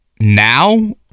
now